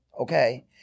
okay